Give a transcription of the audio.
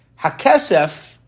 Hakesef